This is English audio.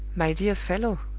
my dear fellow,